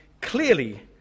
Clearly